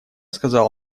сказал